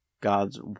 God's